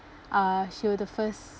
uh she were the first